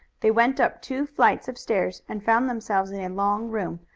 they went up two flights of stairs and found themselves in a long room,